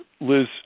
Liz